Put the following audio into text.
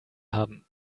haben